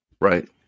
Right